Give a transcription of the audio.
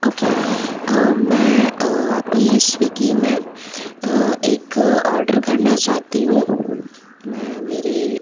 okay मैं अभी Swiggy में एक ऑर्डर करना चाहती हूँ मैं मेरी